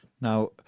Now